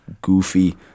goofy